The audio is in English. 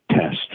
test